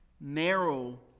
narrow